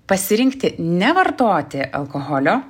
pasirinkti nevartoti alkoholio